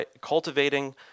cultivating